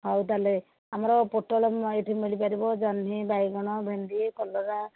ହଉ ତାହେଲେ ଆମର ପୋଟଳ ଏଇଠି ମିଳି ପାରିବ ଜହ୍ନି ବାଇଗଣ ଭେଣ୍ଡି କଲରା